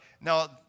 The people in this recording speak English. Now